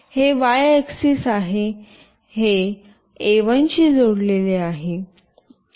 हे Y access आहे हे A1 शी जोडलेले आहे